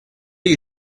you